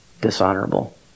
dishonorable